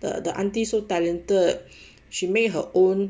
the aunty so talented she made her own